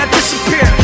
disappear